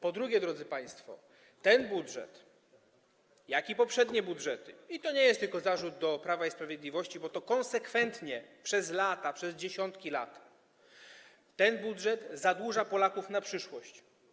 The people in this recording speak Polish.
Po drugie, drodzy państwo, ten budżet, jak i poprzednie budżety, i to nie jest tylko zarzut do Prawa i Sprawiedliwości, bo to robiono konsekwentnie przez lata, przez dziesiątki lat, zadłuża Polaków na przyszłość.